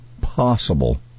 possible